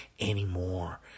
anymore